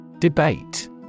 Debate